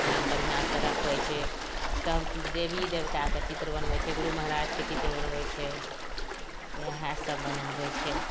बढ़िऑंसॅं रक्खै छै सबचीज देबी देबताके चित्र बनबै छै गुरु महराजके चित्र बनबै छै वहए सब बनाबै छै